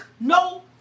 no